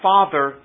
Father